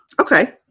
Okay